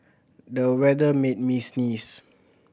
the weather made me sneeze